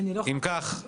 הצבעה אושרה.